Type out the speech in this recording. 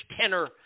tenor